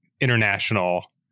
international